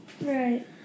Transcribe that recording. Right